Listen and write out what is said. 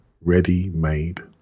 ready-made